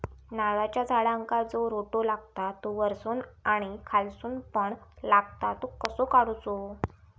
नारळाच्या झाडांका जो रोटो लागता तो वर्सून आणि खालसून पण लागता तो कसो काडूचो?